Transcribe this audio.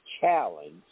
challenge